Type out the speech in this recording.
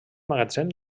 magatzem